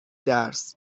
درس